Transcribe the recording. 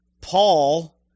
Paul